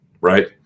right